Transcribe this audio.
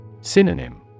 Synonym